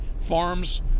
Farms